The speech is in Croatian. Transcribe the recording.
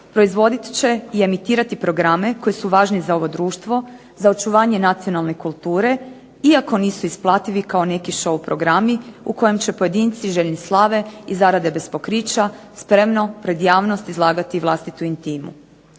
proizvodit će i emitirati programe koji su važni za ovo društvo, za očuvanje nacionalne kulture iako nisu isplativi kao šou programi u kojem će pojedinci željni slave i zarade bez pokrića spremno pred javnosti izlagati vlastitu intimu.